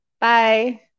bye